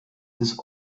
des